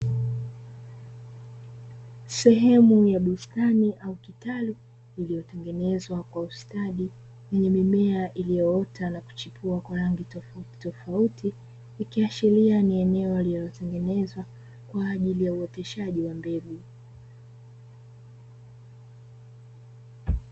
Sehemu ya bustani au kitalu iliyotengenezwa kwa ustadi yenye mimea iliyoota na kuchipua kwa rangi tofauti tofauti, ikiashiria ni eneo walilotengenezwa kwa ajili ya uoteshaji wa mbegu.